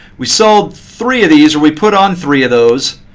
we sold three of these or we put on three of those.